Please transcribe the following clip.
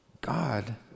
God